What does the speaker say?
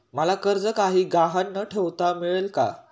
मला कर्ज काही गहाण न ठेवता मिळेल काय?